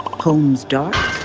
homes dark,